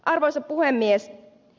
arvoisa puhemies